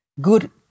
good